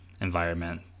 environment